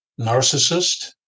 narcissist